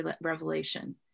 revelation